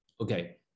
okay